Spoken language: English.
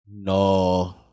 No